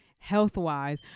health-wise